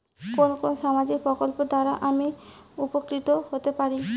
কোন কোন সামাজিক প্রকল্প দ্বারা আমি উপকৃত হতে পারি?